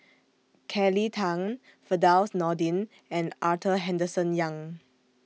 Kelly Tang Firdaus Nordin and Arthur Henderson Young